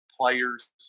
players